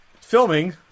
filming